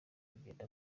kugenda